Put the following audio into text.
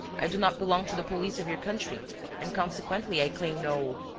i do not belong to the police of your country and consequently i claim no.